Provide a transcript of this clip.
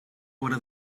haurà